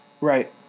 right